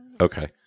Okay